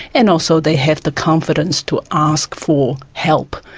and also they have the confidence to ask for help.